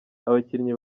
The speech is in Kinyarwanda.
abakinnyi